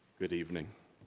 good evening.